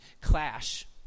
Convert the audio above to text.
clash